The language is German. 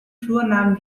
flurnamen